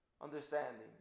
understanding